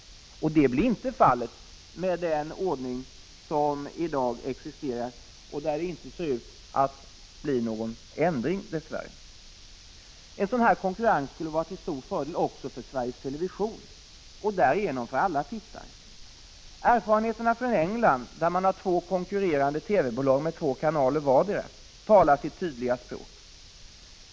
Det blir inte fallet med den ordning som i dag existerar och där det dess värre inte synes bli någon ändring. En sådan konkurrens skulle vara till stor fördel också för Sveriges Television och därigenom för alla tittare. Erfarenheterna från England, där man har två konkurrerande TV-bolag med två kanaler vardera, talar sitt — Prot. 1985/86:50 tydliga språk.